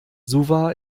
suva